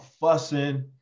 fussing